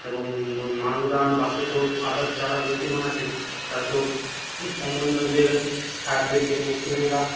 এবং মাল্যদান বাকি সব আদার্স যারা ব্যক্তিগণ আছেন তারা সব সংবর্ধনা দেবেন সাহেবদেরকে এবং স্টুডেন্টরা